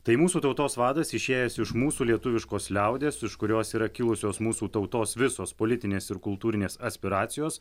tai mūsų tautos vadas išėjęs iš mūsų lietuviškos liaudies iš kurios yra kilusios mūsų tautos visos politinės ir kultūrinės aspiracijos